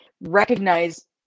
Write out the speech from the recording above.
recognize